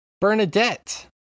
Bernadette